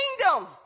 kingdom